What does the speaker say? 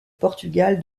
portugal